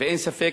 ואין ספק,